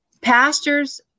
pastors